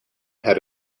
had